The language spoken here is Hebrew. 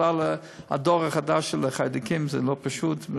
בכלל, הדור החדש של החיידקים, זה לא פשוט.